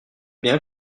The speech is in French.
bien